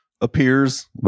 appears